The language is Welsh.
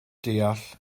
deall